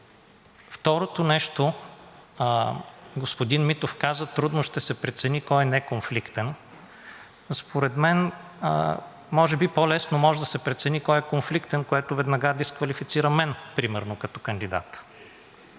Второто нещо, господин Митов каза: трудно ще се прецени кой е неконфликтен, но според мен може би по-лесно може да се прецени кой е конфликтен, което веднага дисквалифицира мен примерно като кандидат.